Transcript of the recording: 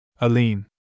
Aline